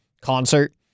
concert